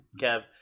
Kev